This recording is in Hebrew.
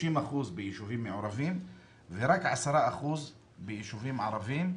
30% ביישובים מעורבים ורק 10% ביישובים ערביים,